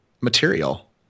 material